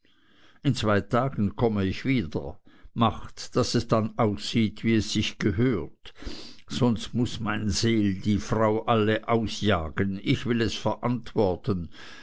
in zwei tagen komme ich wieder macht daß es dann aussieht wie es sich gehört sonst muß mein seel die frau alle ausjagen ich will es verantworten